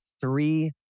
three